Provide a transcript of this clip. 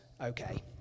okay